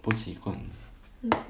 不喜欢